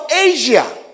Asia